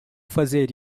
fazer